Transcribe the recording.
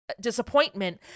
disappointment